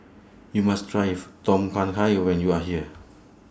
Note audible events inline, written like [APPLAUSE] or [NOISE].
YOU must Try [UNINTELLIGIBLE] Tom Kha Gai when YOU Are here